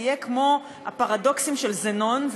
זה יהיה כמו הפרדוקסים של זנון,